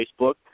Facebook